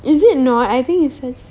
is it not I think it just